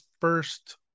first